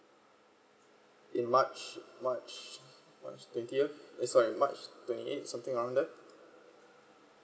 in march march march twentieth eh sorry march twenty eight something around the